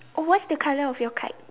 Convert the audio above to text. oh what's the color of your kite